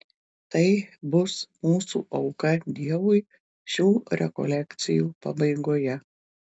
tai bus mūsų auka dievui šių rekolekcijų pabaigoje